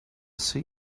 see